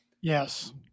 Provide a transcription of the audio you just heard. Yes